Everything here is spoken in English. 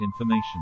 information